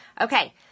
Okay